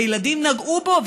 וילדים נגעו בו,